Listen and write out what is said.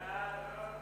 ההצעה להעביר